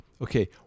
okay